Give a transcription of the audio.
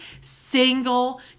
single